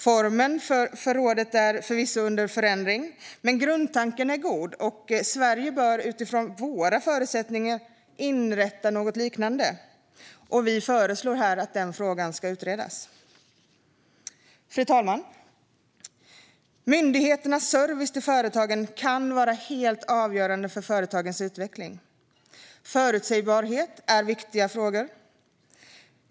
Formen för rådet är förvisso under förändring, men grundtanken är god. Sverige bör utifrån våra förutsättningar inrätta något liknande. Vi föreslår här att den frågan ska utredas. Fru talman! Myndigheternas service till företagen kan vara helt avgörande för företagens utveckling. Förutsägbarhet är en viktig faktor.